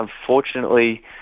unfortunately